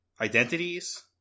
identities